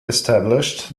established